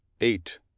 eight